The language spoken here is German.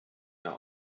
mehr